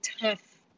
tough